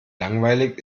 langweilig